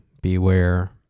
Beware